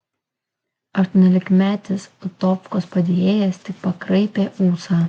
aštuoniolikmetis utovkos padėjėjas tik pakraipė ūsą